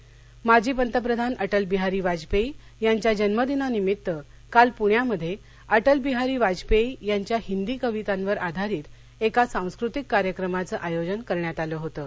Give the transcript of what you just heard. परस्कार माजी पंतप्रधान अटलबिहारी वाजपेयी यांच्या जन्मदिनानिमित्त काल पुण्यामध्ये अटल बिहारी वाजपेयी यांच्या हिंदी कवितांवर आधारीत एका सांस्कृतिक कार्यक्रमाचं आयोजन करण्यात आलं होतं